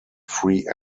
free